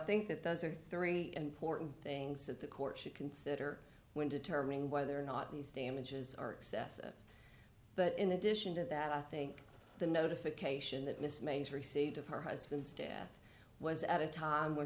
think that those are very important things that the court should consider when determining whether or not these damages are excessive but in addition to that i think the notification that miss mays received of her husband's death was at a time where